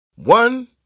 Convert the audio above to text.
One